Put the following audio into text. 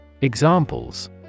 Examples